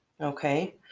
okay